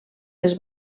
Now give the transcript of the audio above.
les